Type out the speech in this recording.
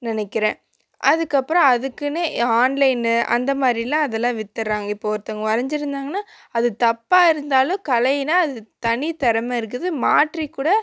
நினைக்கிறேன் அதுக்கப்புறம் அதுக்குனே ஆன்லைன்னு அந்தமாதிரில அதெல்லாம் விற்றுட்றாங்க இப்போது ஒருத்தவங்க வரைஞ்சுருந்தாங்கன்னா அது தப்பாக இருந்தாலும் கலைன்னா அது தனி திறம இருக்குது மாற்றிக்கூட